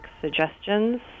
suggestions